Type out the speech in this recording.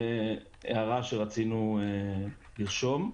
זו הערה שרצינו לרשום.